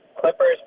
Clippers